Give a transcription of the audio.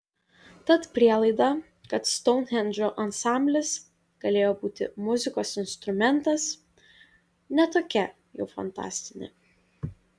tad prielaida kad stounhendžo ansamblis galėjo būti muzikos instrumentas ne tokia jau fantastinė